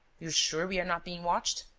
you're sure we are not being watched?